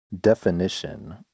definition